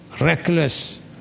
reckless